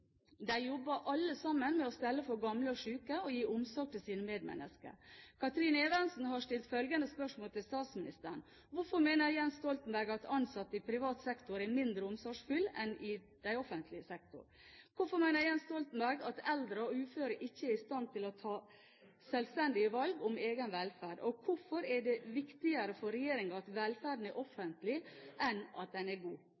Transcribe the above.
De jobber alle med å stelle for gamle og syke og gi omsorg til sine medmennesker. Kathrine Evensen har stilt følgende spørsmål til statsministeren: Hvorfor mener Jens Stoltenberg at ansatte i privat sektor er mindre omsorgsfulle enn de i offentlig sektor? Hvorfor mener Jens Stoltenberg at eldre og uføre ikke er i stand til å ta selvstendige valg om egen velferd? Hvorfor er det viktigere for regjeringen at velferden er offentlig enn at den er god?